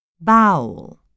Bowel